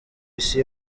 isi